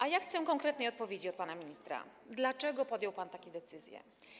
A ja chcę konkretnej odpowiedzi od pana ministra: Dlaczego podjął pan takie decyzje?